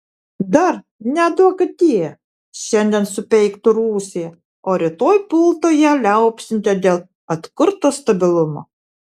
dar neduokdie šiandien supeiktų rusiją o rytoj pultų ją liaupsinti dėl atkurto stabilumo